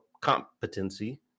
competency